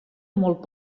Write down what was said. molt